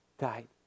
died